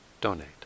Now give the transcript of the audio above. donate